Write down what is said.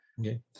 Okay